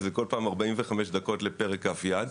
וזה כל פעם 45 דקות לפרק כף יד.